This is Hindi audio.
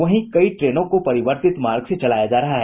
वहीं कई ट्रेनों को परिवर्तित मार्ग से चलाया जा रहा है